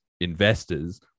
investors